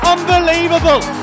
Unbelievable